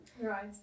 Right